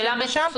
זו שאלה מצוינת.